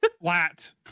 flat